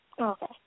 Okay